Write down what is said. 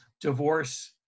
Divorce